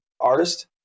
artist